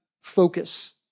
focus